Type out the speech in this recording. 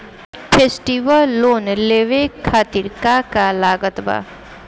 Festival loan लेवे खातिर का का लागत बा?